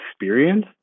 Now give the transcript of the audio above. experience